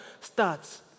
starts